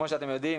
כמו שאתם יודעים,